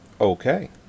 Okay